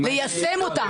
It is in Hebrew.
ליישם אותה.